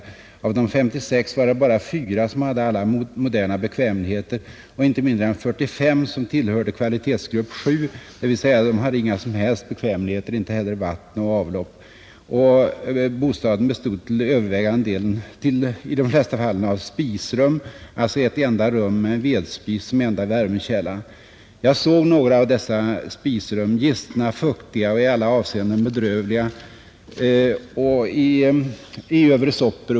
Bland de 56 bostäderna fann han bara fyra som hade alla moderna bekvämligheter och inte mindre än 45 tillhörde kvalitetsgrupp 7, dvs. de hade inga som helst bekvämligheter, inte heller vatten och avlopp. Bostaden bestod i de flesta fallen av spisrum, alltså ett enda rum med en vedspis som enda värmekälla. Jag såg några sådana spisrum i Övre Soppero, gistna, fuktiga och i alla avseenden bedrövliga.